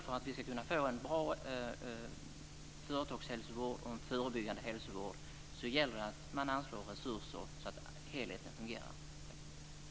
För att vi ska kunna få en bra företagshälsovård och en förebyggande hälsovård tror jag att det gäller att man anslår resurser så att helheten fungerar. Tack!